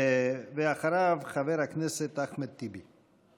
חבר הכנסת אחמד טיבי.